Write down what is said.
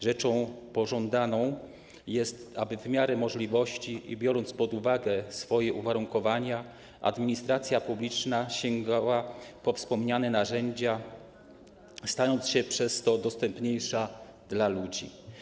Rzeczą pożądaną jest, aby w miarę możliwości i biorąc pod uwagę swoje uwarunkowania, administracja publiczna sięgała po wspomniane narzędzia i stała się dzięki temu dostępniejsza dla ludzi.